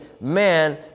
man